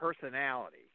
personality